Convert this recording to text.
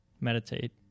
meditate